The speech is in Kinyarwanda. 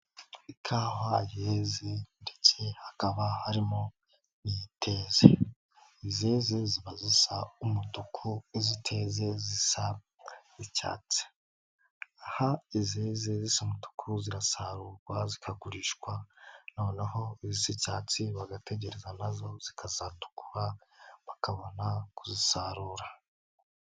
Ikawa yeze ndetse hakaba harimo n'itezi, izeze ziba zisa umutuku, iziteze icyatse, aha zeze zisa umutuku zirasarurwa zikagurishwa, noneho iz'icyatsi bagategereza nazo zikazatukura, bakabona kuzisarura.